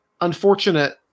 unfortunate